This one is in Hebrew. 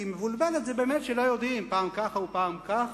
כי "מבולבלת" זה באמת כשלא יודעים וזה פעם כך ופעם כך.